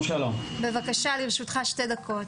בבקשה, לרשותך שתי דקות.